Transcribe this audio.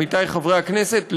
עמיתי חברי הכנסת,